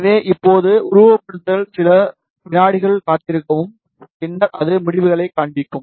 எனவே இப்போது உருவகப்படுத்துதல் சில வினாடிகள் காத்திருக்கவும் பின்னர் அது முடிவுகளைக் காண்பிக்கும்